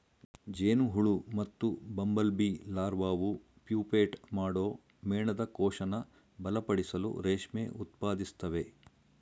ಜೇನುಹುಳು ಮತ್ತುಬಂಬಲ್ಬೀಲಾರ್ವಾವು ಪ್ಯೂಪೇಟ್ ಮಾಡೋ ಮೇಣದಕೋಶನ ಬಲಪಡಿಸಲು ರೇಷ್ಮೆ ಉತ್ಪಾದಿಸ್ತವೆ